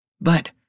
But-